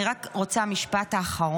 אני רק רוצה משפט אחרון.